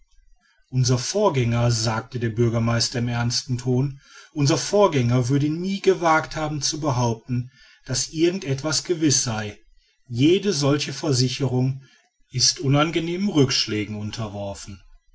unser vorgänger sagte der bürgermeister in ernstem ton unser vorgänger würde nie gewagt haben zu behaupten daß irgend etwas gewiß sei jede solche versicherung ist unangenehmen rückschlägen unterworfen